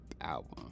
album